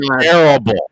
Terrible